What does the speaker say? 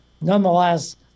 nonetheless